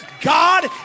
God